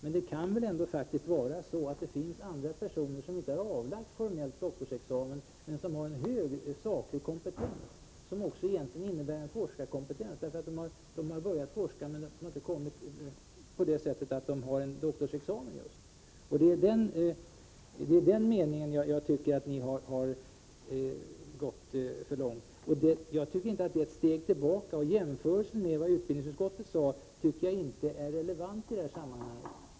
Nog kan det väl ändå vara så att även andra personer skulle kunna komma i fråga, som inte har avlagt formell doktorsexamen men som har en hög saklig kompetens, som egentligen innebär en forskarkompetens därför att de har börjat forska men inte har kommit så långt att de har doktorsexamen? Det är i den meningen jag tycker ni har gått för långt. Jag tycker inte det är ett steg tillbaka. Jämförelsen med vad utbildningsutskottet sade tycker jag inte är relevant i detta sammanhang.